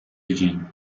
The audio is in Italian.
jin